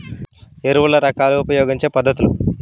ఎరువుల రకాలు ఉపయోగించే పద్ధతులు?